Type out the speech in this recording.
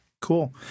cool